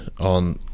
on